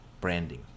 branding